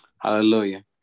Hallelujah